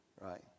Right